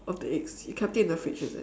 of the eggs you kept it in the fridge is it